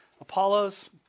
Apollos